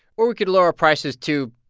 or we could lower prices to,